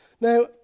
Now